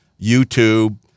YouTube